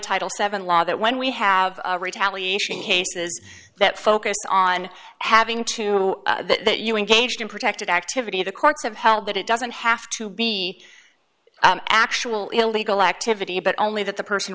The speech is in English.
title seven law that when we have a retaliation he says that focused on having to you engaged in protected activity the courts have held that it doesn't have to be actual illegal activity but only that the person